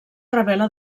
revela